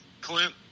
Clint